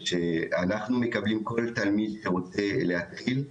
אנחנו מקבלים כל תלמיד שרוצה להתחיל.